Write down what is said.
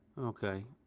okay.